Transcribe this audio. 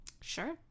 Sure